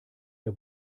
der